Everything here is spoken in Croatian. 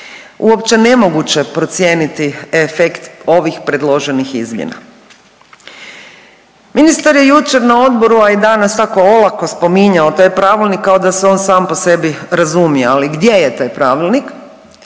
uopće nemoguće procijeniti efekt ovih predloženih izmjena. Ministar je jučer na odboru, a i danas tako olako spominjao taj pravilnik, kao da se on sam po sebi razumije, ali gdje je taj pravilnik?